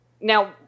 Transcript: Now